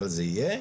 אבל זה יהיה.